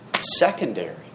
secondary